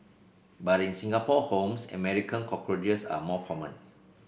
but in Singapore homes American cockroaches are more common